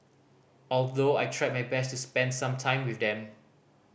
although I tried my best to spend time with them